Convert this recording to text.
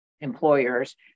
employers